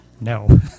no